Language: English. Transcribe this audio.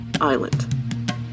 island